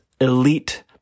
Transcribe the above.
elite